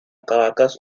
caracas